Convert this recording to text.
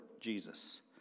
Jesus